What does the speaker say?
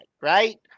Right